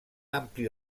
ampli